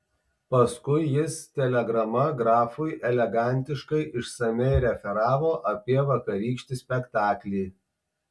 paskui jis telegrama grafui elegantiškai išsamiai referavo apie vakarykštį spektaklį